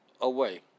away